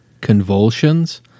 convulsions